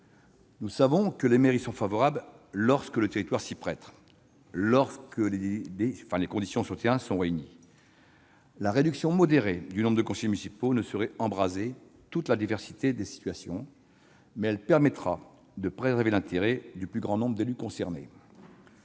Nous savons que les maires y sont favorables, lorsque leur territoire s'y prête, lorsque les conditions sur le terrain sont réunies. La réduction modérée du nombre de conseillers municipaux ne saurait embrasser toute la diversité des situations, mais elle permettra de préserver l'intérêt du plus grand nombre d'élus concernés.